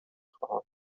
خواهم